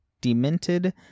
demented